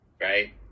right